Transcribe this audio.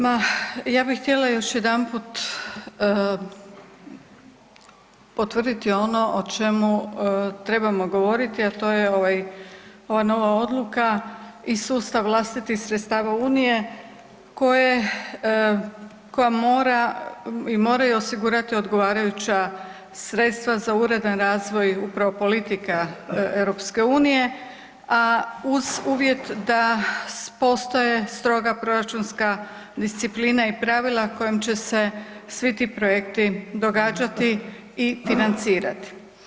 Ma ja bih htjela još jedanput potvrditi ono o čemu trebamo govoriti, a to je ova nova odluka i sustav vlastitih sredstava Unije koja moraju osigurati odgovarajuća sredstva za uredan razvoj upravo politika EU, a uz uvjet da postoje stroga proračunska disciplina i pravila kojom će se svi ti projekti događati i financirati.